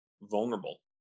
vulnerable